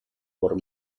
por